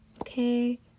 okay